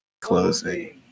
closing